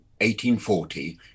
1840